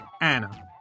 Anna